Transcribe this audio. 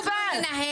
לא מקובל.